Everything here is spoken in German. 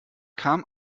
kam